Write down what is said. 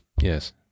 Yes